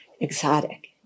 exotic